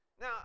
Now